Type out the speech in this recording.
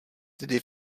tedy